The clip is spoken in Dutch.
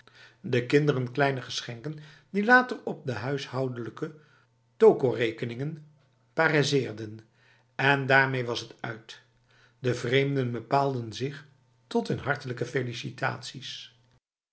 de kinderen kleine geschenken die naderhand op de huishoudelijke tokorekeningen paraisseerden en daarmee was het uit de vreemden bepaalden zich tot hun hartelijke felicitaties